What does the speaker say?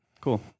cool